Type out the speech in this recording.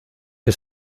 que